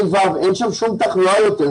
אין שם שום תחלואה יותר,